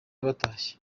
batashye